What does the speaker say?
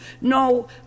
No